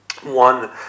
one